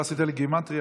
לא עשית לי גימטרייה,